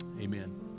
Amen